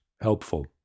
helpful